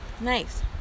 Nice